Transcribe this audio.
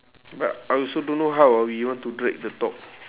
but I also don't know how ah we want to break the talk